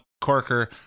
Corker